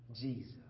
Jesus